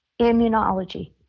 immunology